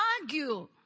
argue